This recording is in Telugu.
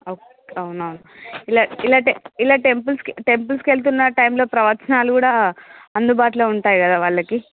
ఓకే అవునవును ఇలా ఇలా టె ఇలా టెంపుల్స్కి టెంపుల్స్కు వెళ్తున్న టైంలో ప్రవచనాలు కూడా అందుబాటులో ఉంటాయి కదా వాళ్ళకి